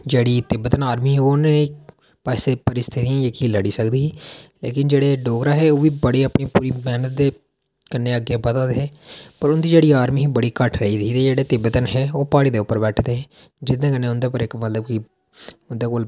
जेह्ड़ी Tibet army ही उ'नें ओह् ऐसी निहीं जेह्ड़ी लड़ी सकदी ही लेकिन जेह्ड़े डोगरा हे ओह्बी पूरी अपनी मैह्नत दे कन्नै अग्गै बधा दे हे पर उंदी जेह्ड़ी आर्मी ही बड़ी घट्ट रेही दी ही ते जेह्ड़े तिब्बतन हे ओह् प्हाड़ी पर बैठे दे हे जेह्दे कन्नै उंदे पर इक्क कोई उंदे कोल